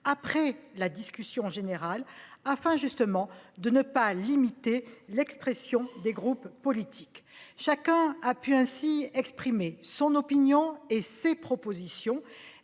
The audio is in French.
après la discussion générale, afin de ne pas limiter l'expression des groupes politiques. Chacun a pu ainsi donner son opinion, avancer ses propositions